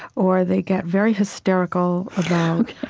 or they get very hysterical about